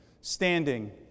standing